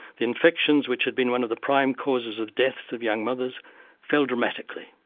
the infections which had been one of the prime causes of deaths of young mothers fell dramatically.